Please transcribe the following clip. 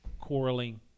quarreling